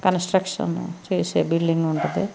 construction చేసే building ఉంటుంది